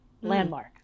landmark